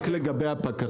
רק לגבי החקלאים.